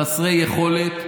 חסרי יכולת.